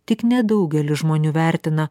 tik nedaugelis žmonių vertina